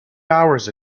hours